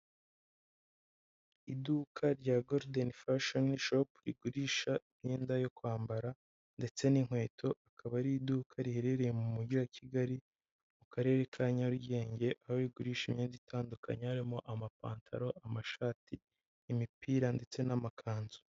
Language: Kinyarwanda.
Iduka rya golden fashion shop rigurisha imyenda yo kwambara ndetse n'inkweto, akaba ari iduka riherereye mu mujyi wa Kigali, mu karere ka Nyarugenge, aho rigurisha imyenda itandukanye harimo amapantaro, amashati, imipira ndetse n'amakanzu.